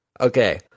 Okay